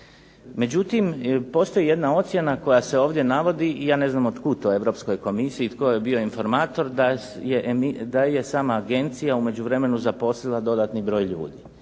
Međutim, postoji jedna ocjena koja se ovdje navodi i ja ne znam od kud to Europskoj komisiji i tko je bio informator da je sama agencija u međuvremenu zaposlila dodatni broj ljudi.